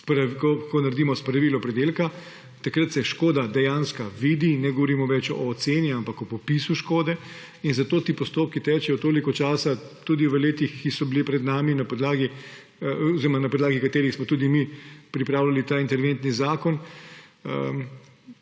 ko naredimo spravilo pridelka. Takrat se dejanska škoda vidi, ne govorimo več o oceni, ampak o popisu škode in zato ti postopki tečejo toliko časa. V letih, ki so bila pred nami, na podlagi katerih smo pripravljali ta interventni zakon,